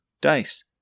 dice